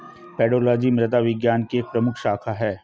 pedology मृदा विज्ञान की एक प्रमुख शाखा है